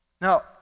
Now